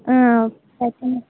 ಹಾಂ okay ma'am